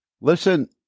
listen